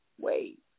wait